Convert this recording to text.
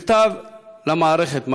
מכתב למערכת.